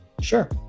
sure